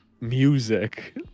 music